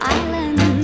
island